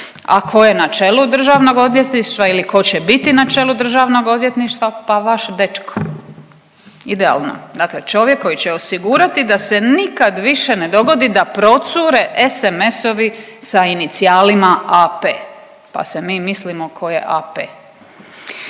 A tko je na čelu Državnog odvjetništva ili tko će biti na čelu Državnog odvjetništva? Pa vaš dečko, idealno. Dakle, čovjek koji će osigurati da se nikad više ne dogodi da procure SMS-ovi sa inicijalima AP, pa se mi mislimo tko je AP.